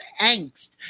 angst